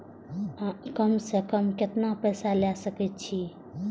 कम से कम केतना पैसा ले सके छी?